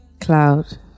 cloud